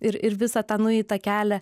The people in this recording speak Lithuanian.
ir ir visą tą nueitą kelią